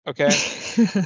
Okay